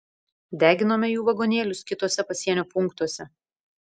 deginome jų vagonėlius kituose pasienio punktuose